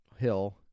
hill